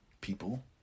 people